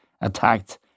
attacked